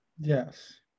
Yes